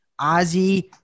Ozzy